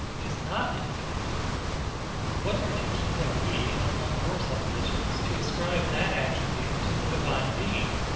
is not infinite what pretensions have we, upon your suppositions, to ascribe that attribute to the divine being?